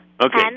Okay